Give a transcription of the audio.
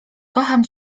kocham